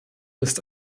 ist